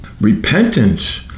Repentance